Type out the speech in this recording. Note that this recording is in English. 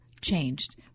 changed